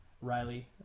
Riley